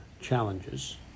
challenges